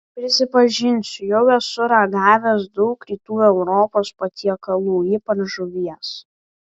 prisipažinsiu jau esu ragavęs daug rytų europos patiekalų ypač žuvies